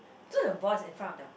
so the ball is in front of them